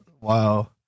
wow